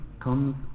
comes